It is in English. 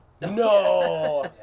No